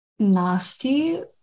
Nasty